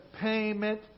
payment